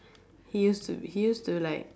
he used to be he used to like